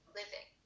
living